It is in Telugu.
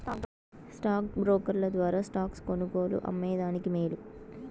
స్టాక్ బ్రోకర్ల ద్వారా స్టాక్స్ కొనుగోలు, అమ్మే దానికి మేలు